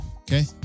Okay